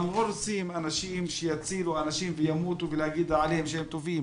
אנחנו לא רוצים אנשים שיצילו אנשים וימותו ולהגיד עליהם שהם טובים.